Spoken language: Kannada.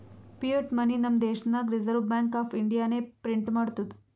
ಫಿಯಟ್ ಮನಿ ನಮ್ ದೇಶನಾಗ್ ರಿಸರ್ವ್ ಬ್ಯಾಂಕ್ ಆಫ್ ಇಂಡಿಯಾನೆ ಪ್ರಿಂಟ್ ಮಾಡ್ತುದ್